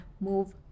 move